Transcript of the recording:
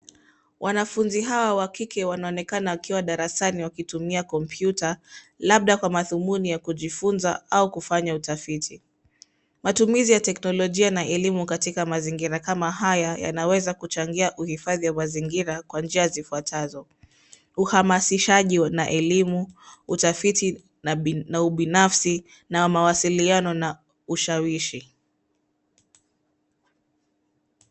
Wanafunzi hawa wa kike wanaonekana wakiwa darasani wakitumia kompyuta, labda kwa madhumuni ya kujifunza au kufanya utafiti. Matumizi ya teknolojia na elimu katika mazingira kama haya, yanaweza kuchangia kuhifadhi mazingira kwa njia ya zifuatazo, uhamasishaji na elimu, utafiti na ubinafsi, na mawasiliano na ushawishi.